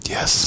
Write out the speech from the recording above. Yes